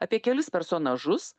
apie kelis personažus